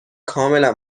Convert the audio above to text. کاملا